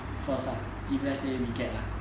first lah if let's we get lah